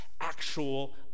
actual